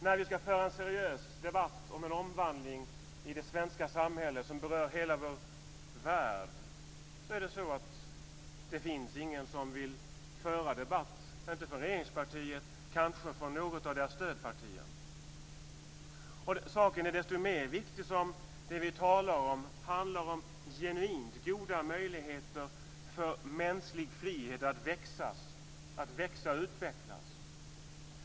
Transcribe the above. När vi ska föra en seriös debatt om en omvandling i det svenska samhälle som berör hela vår värld finns det inte någon som vill föra debatt från regeringspartiet, men kanske från något av dess stödpartier. Saken är desto mer viktig eftersom det vi talar om är genuint goda möjligheter för mänsklig frihet att växa och utvecklas.